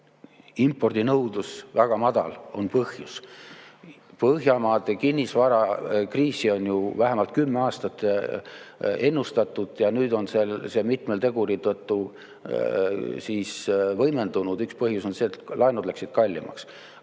impordinõudlus on põhjus. Põhjamaade kinnisvarakriisi on ju vähemalt kümme aastat ennustatud ja nüüd on see mitme teguri tõttu võimendunud. Üks põhjus on see, et laenud läksid kallimaks.